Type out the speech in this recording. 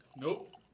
Nope